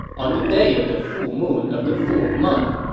on the day of the full moon of the fourth month,